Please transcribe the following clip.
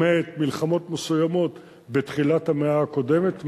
למעט מלחמות מסוימות בתחילת המאה הקודמת,